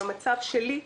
במצב שלי,